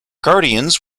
guardians